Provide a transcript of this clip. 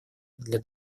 для